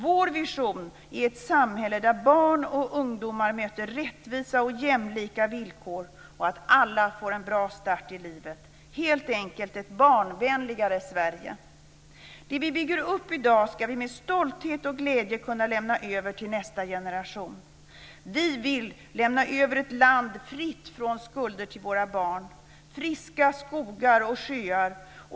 Vår vision är ett samhälle där barn och ungdomar möter rättvisa och jämlika villkor och där alla får en bra start i livet - helt enkelt ett barnvänligare Sverige. Det vi bygger upp i dag ska vi med stolthet och glädje kunna lämna över till nästa generation. Vi vill lämna över ett land fritt från skulder till våra barn. Vi vill lämna över friska skogar och sjöar.